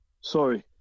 Sorry